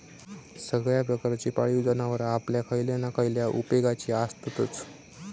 सगळ्या प्रकारची पाळीव जनावरां आपल्या खयल्या ना खयल्या उपेगाची आसततच